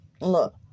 Look